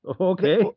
Okay